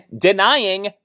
denying